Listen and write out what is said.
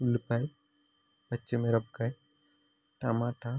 ఉల్లిపాయ పచ్చిమిరపకాయ టమాట